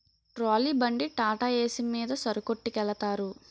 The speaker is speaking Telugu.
ట్రాలీ బండి టాటాఏసి మీద సరుకొట్టికెలతారు